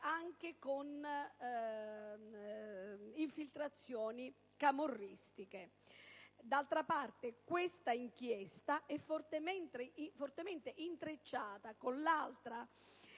che ci siano infiltrazioni camorristiche. D'altra parte, quest'inchiesta è fortemente intrecciata con l'altra